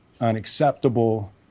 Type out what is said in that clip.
unacceptable